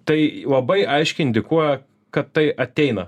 tai labai aiškiai indikuoja kad tai ateina